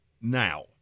Now